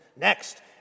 Next